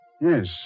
Yes